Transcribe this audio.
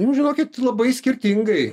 nu žinokit labai skirtingai